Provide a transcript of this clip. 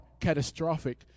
catastrophic